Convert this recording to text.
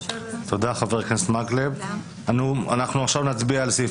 תודה, חבר